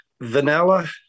vanilla